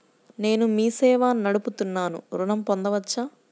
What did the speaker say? నేను మీ సేవా నడుపుతున్నాను ఋణం పొందవచ్చా?